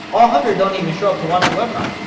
all hundred don't even show up to watch a webinar.